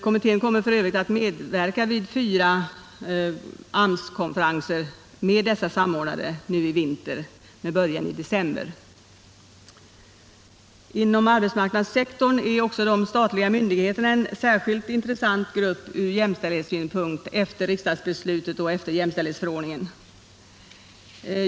Kommittén — Jämställdhetsfrågor kommer f. ö. att medverka vid fyra AMS-konferenser med dessa sam = m.m. ordnare nu i vinter, med början i december. Inom arbetsmarknadssektorn är också de statliga myndigheterna en särskilt intressant grupp ur jämställdhetssynpunkt, efter riksdagsbeslutet och efter jämställdhetsförordningen.